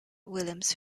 williams